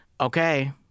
Okay